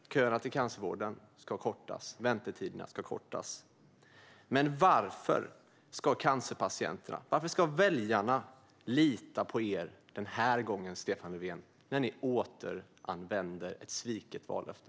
Köerna till cancervården ska kortas. Väntetiderna ska kortas. Men varför ska cancerpatienterna, väljarna, lita på er den här gången, Stefan Löfven, när ni återanvänder ett sviket vallöfte?